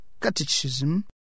Catechism